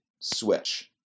switch